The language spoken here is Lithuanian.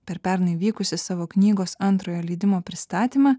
per pernai vykusį savo knygos antrojo leidimo pristatymą